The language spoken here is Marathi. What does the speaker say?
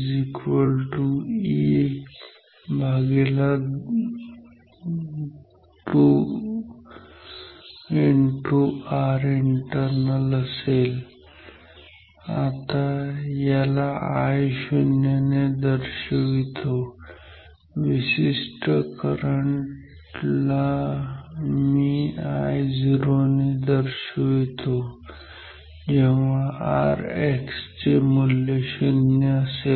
𝐸2 𝑅𝑖𝑛𝑡𝑒𝑟𝑛𝑎𝑙 आता याला Io ने दर्शवितो विशिष्ट करंट ला आता मी Io ने दर्शवितो जेव्हा Rx चे मूल्य 0 असेल